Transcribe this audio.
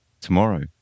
Tomorrow